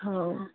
ହଉ